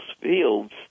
fields